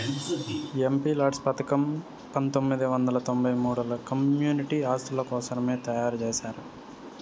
MPLADS పథకం పంతొమ్మిది వందల తొంబై మూడుల కమ్యూనిటీ ఆస్తుల కోసరమే తయారు చేశారు